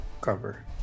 cover